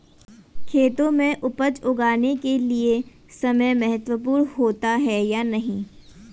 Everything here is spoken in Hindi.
खेतों में उपज उगाने के लिये समय महत्वपूर्ण होता है या नहीं?